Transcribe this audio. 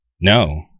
No